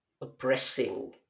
oppressing